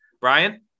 Brian